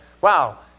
wow